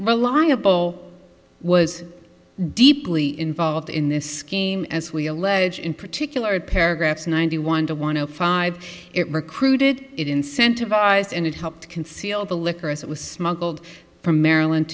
bull was deeply involved in this scheme as we allege in particular paragraphs ninety one to one o five it recruited it incentivised and it helped conceal the liquor as it was smuggled from maryland